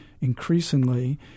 increasingly